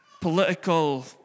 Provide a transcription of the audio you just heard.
political